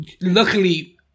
Luckily